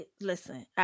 listen